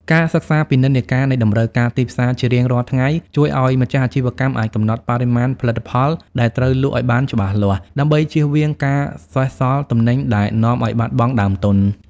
ការសិក្សាពីនិន្នាការនៃតម្រូវការទីផ្សារជារៀងរាល់ថ្ងៃ ជួយឱ្យម្ចាស់អាជីវកម្មអាចកំណត់បរិមាណផលិតផលដែលត្រូវលក់ឱ្យបានច្បាស់លាស់ ដើម្បីចៀសវាងការសេសសល់ទំនិញដែលនាំឱ្យបាត់បង់ដើមទុន។